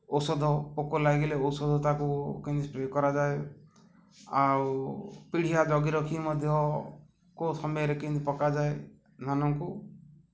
ଔଷଧ ପୋକ ଲାଗିଗଲେ ଔଷଧ ତା'କୁ କେମିତି ସ୍ପ୍ରେ କରାଯାଏ ଆଉ ପିଡିଆ ଜଗିରଖି ମଧ୍ୟ କେଉଁ ସମୟରେ କେମିତି ପକାଯାଏ ଧାନକୁ